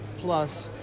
plus